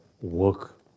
work